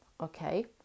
Okay